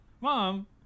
Mom